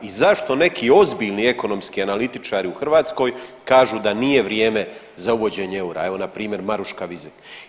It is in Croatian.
I zašto neki ozbiljni ekonomski analitičari u Hrvatskoj kažu da nije vrijeme za uvođenje eura evo npr. Maruška Vizek?